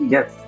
Yes